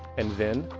and then,